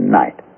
night